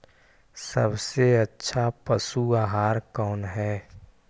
सबसे अच्छा पशु आहार कौन है?